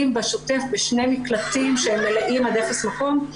בשוטף בשני מקלטים שהם מלאים עד אפס מקום,